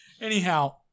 Anyhow